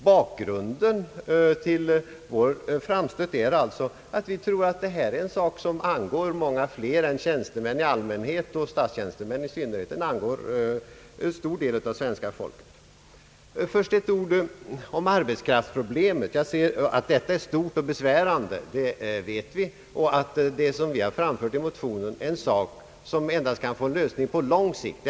Bakgrunden till vår framstöt är att vi tror att detta är en sak som angår många fler än tjänstemän i allmänhet och statstjänstemän i synnerhet. Den angår en stor del av det svenska folket. Jag vill därefter säga ett par ord om arbetskraftsproblemet. Det är stort och besvärande, det vet vi. Det är alldeles uppenbart att vad vi framfört i motionen är någonting som endast kan få sin lösning på lång sikt.